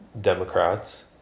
Democrats